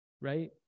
right